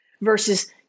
versus